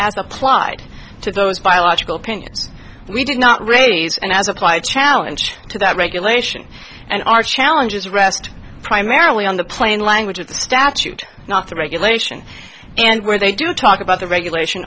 as applied to those biological pinions we did not raise and as applied challenge to that regulation and our challenges rest primarily on the plain language of the statute not the regulation and where they do talk about the regulation